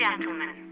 Gentlemen